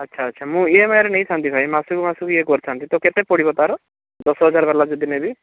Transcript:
ଆଚ୍ଛା ଆଚ୍ଛା ମୁଁ ଇଏମଆଇରେ ନେଇଥାନ୍ତି ଭାଇ ମାସକୁ ମାସକୁ ଇଏ କରିଥାନ୍ତି ତ କେତେ ପଡ଼ିବ ତାର ଦଶହ ଜାର ବାଲା ଯଦି ନେବି